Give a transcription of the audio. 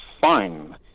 Fine